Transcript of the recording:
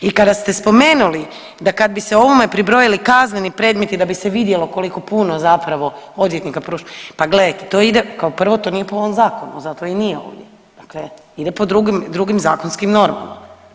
I kada biste spomenuli da kad bi se ovome pribrojili kazneni predmeti da bi se vidjelo koliko puno zapravo odvjetnika pruža, pa gledajte to ide, kao prvo to nije po ovom zakonu, zato i nije ovdje, dakle ide po drugim, drugim zakonskim normama.